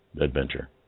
adventure